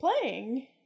playing